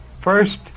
First